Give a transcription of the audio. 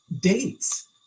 dates